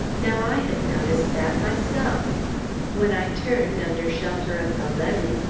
now i had noticed that myself when i turned, under shelter of the levee,